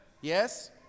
Yes